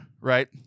right